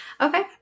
Okay